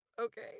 Okay